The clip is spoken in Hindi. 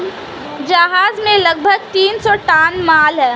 जहाज में लगभग तीन सौ टन माल है